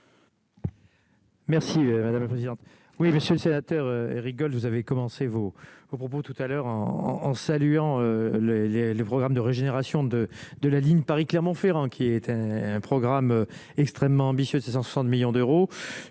Merci madame la présidente, oui, monsieur le sénateur et rigole, vous avez commencé, vous, vos propos tout à l'heure en en saluant le les les programmes de régénération de de la ligne Paris-Clermont-Ferrand qui est un programme extrêmement ambitieux de 160 millions d'euros